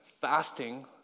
fasting